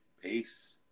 Peace